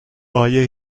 آیا